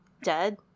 dead